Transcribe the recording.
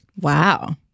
Wow